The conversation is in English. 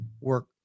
work